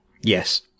Yes